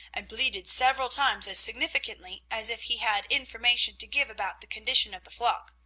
and bleated several times as significantly as if he had information to give about the condition of the flock,